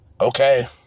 okay